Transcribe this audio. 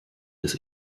des